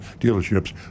dealerships